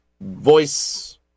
voice